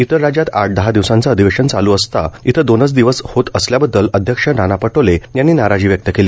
इतर राज्यात आठ दहा दिवसांचं अधिवेशन चालू असता इथं दोनच दिवस होत असल्याबददल अध्यक्ष नाना पटोले यांनी नाराजी व्यक्त केली